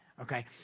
okay